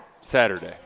Saturday